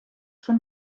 schon